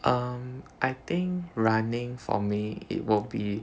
um I think running for me it will be